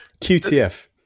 QTF